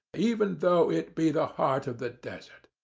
even though it be the heart of the desert.